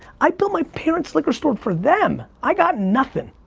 i built my parent's liquor store for them, i got nothing.